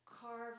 Carve